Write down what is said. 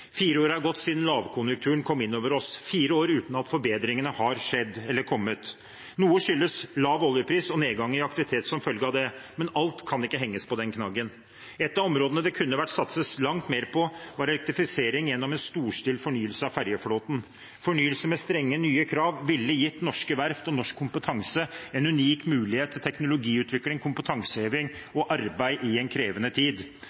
Fire år har gått siden lavkonjunkturen kom inn over oss – fire år uten at forbedringene har kommet. Noe skyldes lav oljepris og nedgang i aktivitet som følge av det, men alt kan ikke henges på den knaggen. Et av områdene det kunne vært satset langt mer på, er elektrifisering gjennom en storstilt fornyelse av ferjeflåten. Fornyelse med strenge, nye krav ville gitt norske verft og norsk kompetanse en unik mulighet til teknologiutvikling, kompetanseheving og arbeid i en krevende tid.